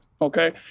Okay